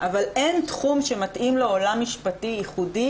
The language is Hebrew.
אבל אין תחום שמתאים לעולם משפטי ייחודי